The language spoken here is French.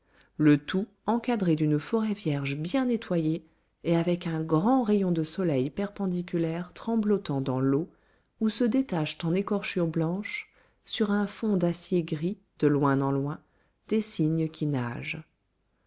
le tout encadré d'une forêt vierge bien nettoyée et avec un grand rayon de soleil perpendiculaire tremblotant dans l'eau où se détachent en écorchures blanches sur un fond d'acier gris de loin en loin des cygnes qui nagent